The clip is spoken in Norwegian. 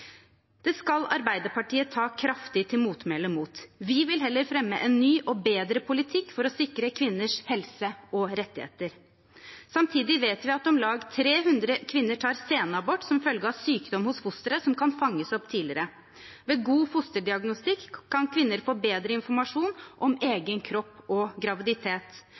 skal Arbeiderpartiet ta kraftig til motmæle mot. Vi vil heller fremme en ny og bedre politikk for å sikre kvinners helse og rettigheter. Samtidig vet vi at om lag 300 kvinner tar senabort som følge av sykdom hos fosteret som kan fanges opp tidligere. Ved god fosterdiagnostikk kan kvinner få bedre informasjon om egen kropp og graviditet.